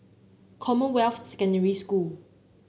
Commonwealth Secondary School